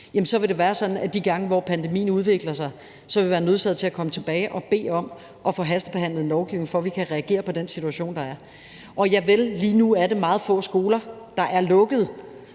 så vil det være sådan, at de gange, hvor pandemien udvikler sig, vil vi være nødsaget til at komme tilbage og bede om at få hastebehandlet en lovgivning, for at vi kan reagere på den situation, der er. Og javel, lige nu er det meget få skoler, der er lukket